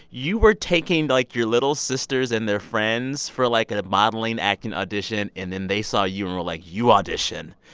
you were taking, like, your little sisters and their friends for, like, and a modeling, acting audition. and then they saw you and were like, you audition.